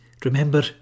Remember